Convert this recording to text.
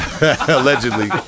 Allegedly